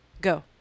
Go